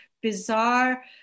bizarre